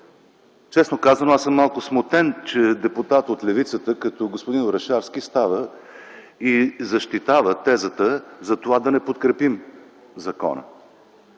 Честно казано, аз съм малко смутен, че депутат от левицата, като господин Орешарски, става и защитава тезата за това да не подкрепим закона.